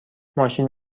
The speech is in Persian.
ماشین